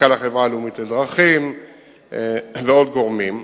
מנכ"ל החברה הלאומית לדרכים ועוד גורמים.